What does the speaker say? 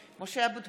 (קוראת בשמות חברי הכנסת) משה אבוטבול,